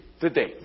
today